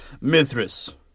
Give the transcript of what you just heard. Mithras